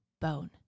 bone